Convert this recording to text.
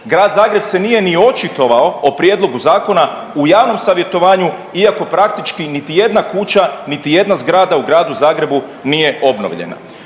grad Zagreb se nije ni očitovao o prijedlogu zakona u javnom savjetovanju, iako praktički niti jedna kuća niti jedna zgrada u gradu Zagrebu nije obnovljena,